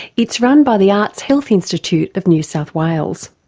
it's run by the arts health institute of new south wales.